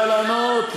הוא יודע לענות לבד.